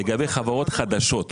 לגבי חברות חדשות,